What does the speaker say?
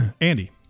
Andy